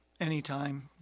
anytime